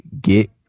get